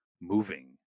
moving